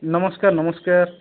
ନମସ୍କାର ନମସ୍କାର